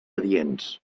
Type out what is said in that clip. adients